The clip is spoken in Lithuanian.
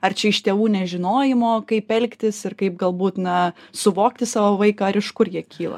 ar čia iš tėvų nežinojimo kaip elgtis ir kaip galbūt na suvokti savo vaiką iš kur jie kyla